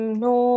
no